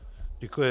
Děkuji.